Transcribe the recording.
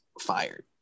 fired